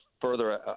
further